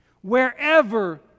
wherever